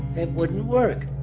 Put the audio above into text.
it wouldn't work.